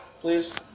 please